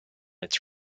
its